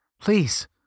Please